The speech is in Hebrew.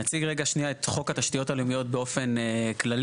נציג רגע שנייה את חוק התשתיות הלאומיות באופן כללי.